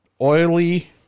oily